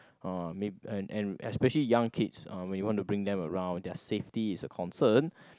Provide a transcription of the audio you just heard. uh may and and especially young kids uh when you want to bring them around their safety is a concern